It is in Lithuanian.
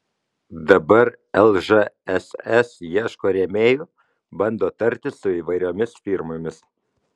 dabar lžss ieško rėmėjų bando tartis su įvairiomis firmomis